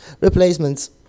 Replacements